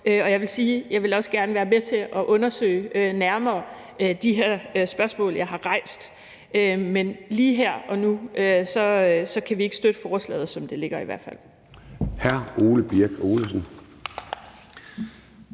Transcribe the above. jeg også gerne vil være med til at undersøge de her spørgsmål, jeg har rejst, nærmere. Men lige her og nu kan vi ikke støtte forslaget, i hvert fald